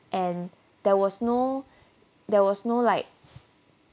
and there was no there was no like